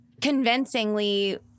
convincingly